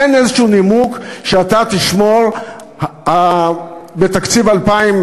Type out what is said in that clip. אין איזשהו נימוק שאתה תשמור בתקציב 2013,